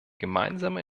gemeinsame